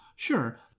Sure